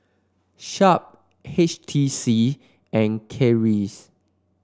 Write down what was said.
Sharp H T C and Kiehl's